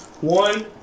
One